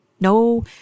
no